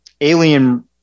alien